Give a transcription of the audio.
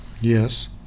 Yes